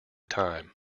time